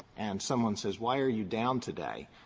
and someone says, why are you down today?